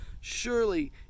surely